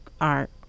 art